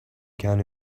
can